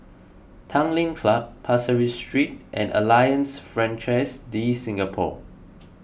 Tanglin Club Pasir Ris Street and Alliance Francaise De Singapour